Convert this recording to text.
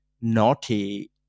naughty